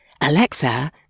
Alexa